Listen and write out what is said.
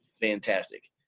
fantastic